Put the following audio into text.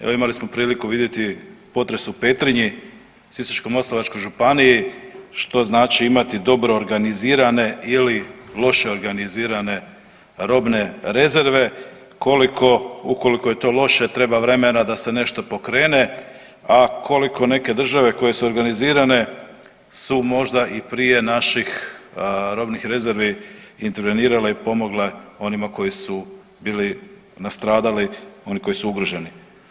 Evo imali smo priliku vidjeti potres u Petrinji u Sisačko-moslavačkoj županiji što znači imati dobro organizirane ili loše organizirane robne rezerve, koliko, ukoliko je to loše treba vremena da se nešto pokrene, a koliko neke države koje su organizirane su možda i prije naših robnih rezervi intervenirale i pomogle onima koji su bili nastradali, oni koji su ugroženi.